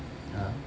(uh huh)